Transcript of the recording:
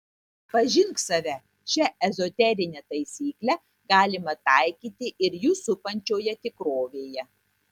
pažink save šią ezoterinę taisyklę galima taikyti ir jus supančioje tikrovėje